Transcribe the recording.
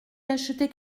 d’acheter